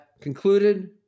concluded